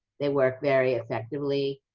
they work very effectively.